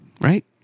right